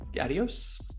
Adios